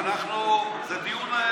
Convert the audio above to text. זה דיון,